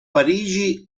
parigi